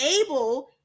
able